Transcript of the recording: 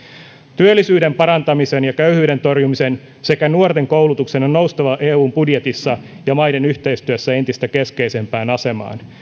työllisyyden parantamisen ja köyhyyden torjumisen sekä nuorten koulutuksen on noustava eun budjetissa ja maiden yhteistyössä entistä keskeisempään asemaan